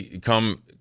come